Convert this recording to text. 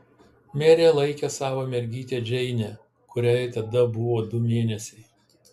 merė laikė savo mergytę džeinę kuriai tada buvo du mėnesiai